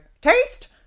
Taste